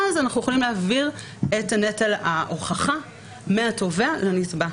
אז אנחנו יכולים להעביר את נטל ההוכחה מהתובע לנתבע.